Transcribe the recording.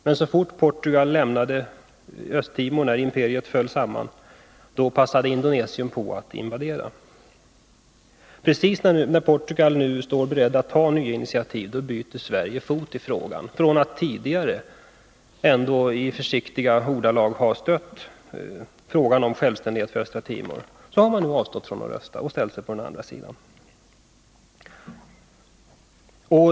Men så fort Portugal lämnade Östtimor, när imperiet föll samman, passade Indonesien på att invadera. Precis när Portugal står berett att ta nya initiativ byter Sverige fot i frågan. Från att tidigare ändå i försiktiga ordalag ha stött frågan om självständighet för östra Timor har man nu avstått från att rösta och ställt sig på den andra sidan.